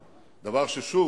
שוב,